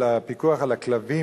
של הפיקוח על הכלבים,